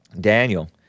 Daniel